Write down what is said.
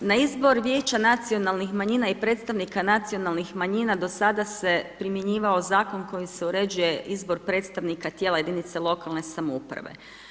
Na izbor vijeća nacionalnih manjina i predstavnika nacionalnih manjina do sada se primjenjivao zakon kojim se uređuje izbor predstavnika tijela jedinica lokalne samouprave.